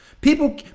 People